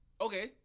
Okay